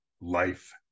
life